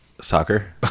Soccer